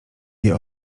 wie